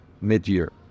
mid-year